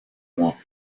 mois